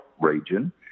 region